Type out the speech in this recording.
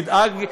והוא ידאג,